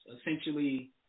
essentially